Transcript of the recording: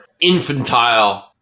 infantile